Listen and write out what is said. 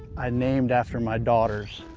i named after my daughters,